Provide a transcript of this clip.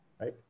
Right